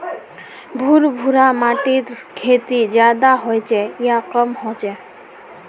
भुर भुरा माटिर खेती ज्यादा होचे या कम होचए?